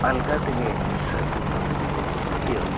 ᱟᱞᱜᱟ ᱛᱮᱜᱮ ᱥᱟᱹᱛᱟᱹᱜᱼᱟ ᱢᱮᱱᱛᱮ ᱤᱧᱟᱜ ᱯᱟᱹᱛᱭᱟᱹᱣ